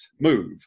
move